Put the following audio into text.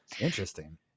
interesting